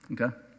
okay